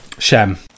Shem